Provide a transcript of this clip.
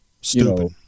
Stupid